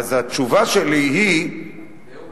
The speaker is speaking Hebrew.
אז התשובה שלי היא שההתיישבות,